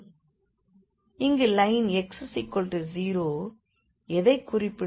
இங்கு line x 0 எதைக் குறிப்பிடுகிறது